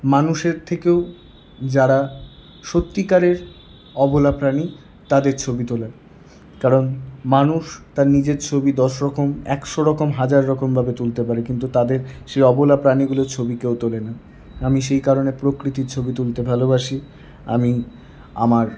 মানুষের থেকেও যারা সত্যিকারের অবলা প্রাণী তাদের ছবি তোলার কারণ মানুষ তার নিজের ছবি দশ রকম একশো রকম হাজার রকমভাবে তুলতে পারে কিন্তু তাদের সেই অবলা প্রাণীগুলোর ছবি কেউ তোলে না আমি সেই কারণে প্রকৃতির ছবি তুলতে ভালোবাসি আমি আমার